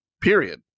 period